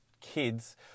kids